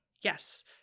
Yes